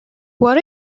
what